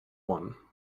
one